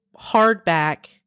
hardback